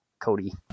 Cody